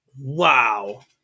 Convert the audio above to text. Wow